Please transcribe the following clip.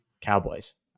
Cowboys